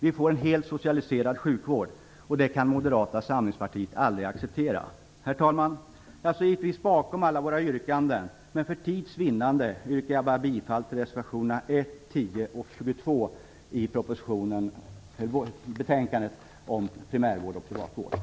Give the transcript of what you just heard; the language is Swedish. Vi får en helt socialiserad sjukvård. Det kan Moderata samlingspartiet aldrig acceptera. Herr talman! Jag står givetvis bakom alla våra yrkanden, men för tids vinnande yrkar jag bifall bara till reservationerna 1, 10 och 22 i betänkandet om primärvård och privatvård.